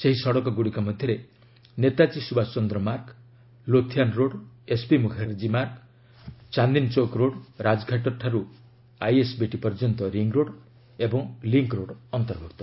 ସେହି ସଡ଼କଗୁଡ଼ିକ ମଧ୍ୟରେ ନେତାଜ୍ଞୀ ସୁଭାଷଚନ୍ଦ୍ର ମାର୍ଗ ଲୋଥିଆନ୍ ରୋଡ୍ ଏସ୍ପି ମୁଖାର୍ଜୀ ମାର୍ଗ ଚାନ୍ଦିନୀଚୌକ ରୋଡ ରାଜଘାଟଠାରୁ ଆଇଏସ୍ବିଟି ପର୍ଯ୍ୟନ୍ତ ରିଙ୍ଗ୍ରୋଡ୍ ଓ ଲିଙ୍କ୍ରୋଡ୍ ଅନ୍ତର୍ଭୁକ୍ତ